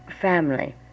family